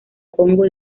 congo